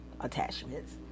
attachments